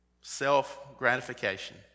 Self-gratification